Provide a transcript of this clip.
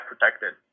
protected